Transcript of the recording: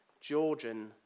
Georgian